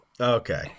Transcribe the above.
Okay